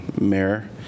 Mayor